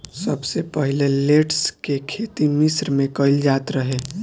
सबसे पहिले लेट्स के खेती मिश्र में कईल जात रहे